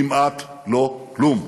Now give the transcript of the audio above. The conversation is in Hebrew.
כמעט לא כלום.